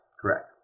correct